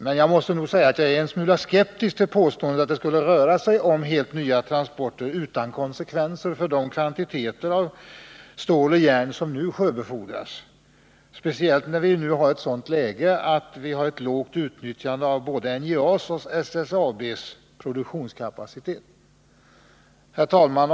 Men jag är ändå en smula skeptisk till påståendet att det skulle röra sig om helt nya wransporter, utan konsekvenser för de kvantiteter av stål och järn som nu sjöbefordras, speciellt i nuvarande läge med ett lågt utnyttjande av både NJA :s och SSAB:s produktionskapacitet. Herr talman!